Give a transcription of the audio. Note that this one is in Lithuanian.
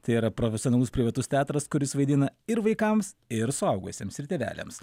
tai yra profesionalus privatus teatras kuris vaidina ir vaikams ir suaugusiems ir tėveliams